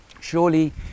Surely